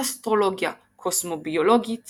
אסטרולוגיה קוסמוביולוגית